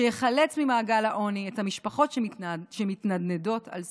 שיחלץ ממעגל העוני את המשפחות שמתנדנדות על סיפו,